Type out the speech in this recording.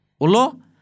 Ulo